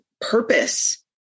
purpose